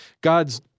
God's